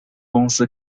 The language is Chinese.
公司